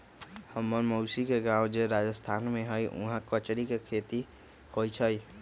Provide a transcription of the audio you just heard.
हम्मर मउसी के गाव जे राजस्थान में हई उहाँ कचरी के खेती होई छई